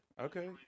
Okay